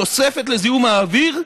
תוספת לזיהום האוויר,